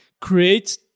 create